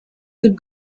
would